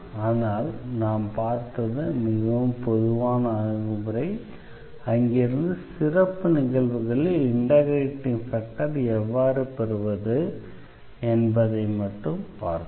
ஆனால் நாம் பார்த்தது மிகவும் பொதுவான அணுகுமுறை ஆகும் அங்கிருந்து சிறப்பு நிகழ்வுகளில் இண்டெக்ரேட்டிங் ஃபேக்டரை எவ்வாறு பெறுவது என்பதைப் பார்த்தோம்